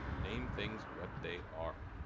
name things what they are.